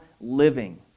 living